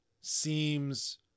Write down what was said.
seems